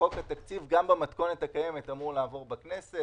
שחוק התקציב גם במתכונת הקיימת אמור לעבור בכנסת.